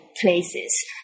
places